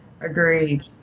Agreed